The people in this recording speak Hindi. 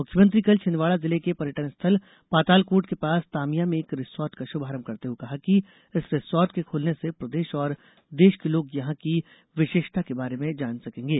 मुख्यमंत्री ने कल छिन्दवाड़ा जिले के पर्यटन स्थल पातालकोट के पास तामिया में एक रिसॉर्ट का शुभारंभ करते हुए कहा कि इस रिसॉर्ट के खुलने से प्रदेश और देश के लोग यहां की विशेषता के बारे में जान सकेंगे